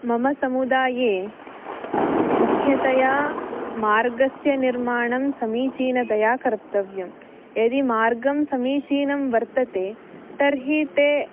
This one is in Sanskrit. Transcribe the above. मम समुदाये मुख्यतया मार्गस्य निर्माणं समीचीनतया कर्तव्यं यदि मार्गं समीचीनं वर्तते तर्हि ते